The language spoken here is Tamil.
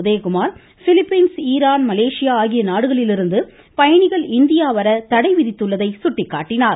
உதயகுமார் பிலிப்பின்ஸ் ஈரான் மலேசியா ஆகிய நாடுகளிலிருந்து பயணிகள் இந்தியா வர தடை விதித்திருப்பதை சுட்டிக்காட்டினார்